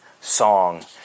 song